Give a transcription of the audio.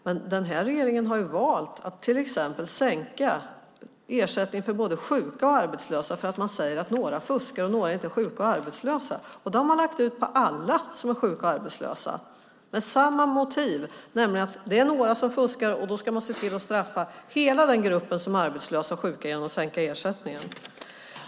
Denna regering har valt att till exempel sänka ersättningen för både sjuka och arbetslösa eftersom, säger man, några fuskar och inte är sjuka eller arbetslösa. Man har lagt ut detta på alla som är sjuka eller arbetslösa med samma motiv, nämligen att det är några som fuskar. Då ska man se till att straffa hela den grupp som är arbetslös och sjuk genom att sänka ersättningen.